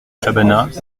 chabanas